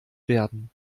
werden